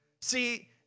See